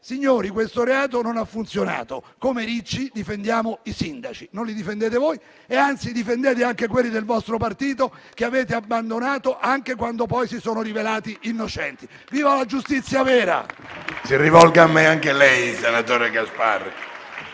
Signori, questo reato non ha funzionato, come Ricci difendiamo i sindaci. Voi non li difendete. Difendete anche quelli del vostro partito che avete abbandonato anche quando poi si sono rivelati innocenti. Viva la giustizia vera. PRESIDENTE. Senatore Gasparri,